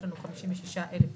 יש לנו 56,000 איש,